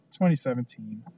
2017